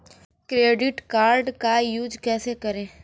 Credit card का use कैसे करें?